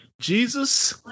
Jesus